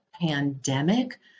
pandemic